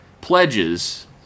pledges